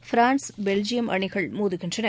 France Belgium அணிகள் மோதுகின்றன